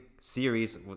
series